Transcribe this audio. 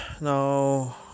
Now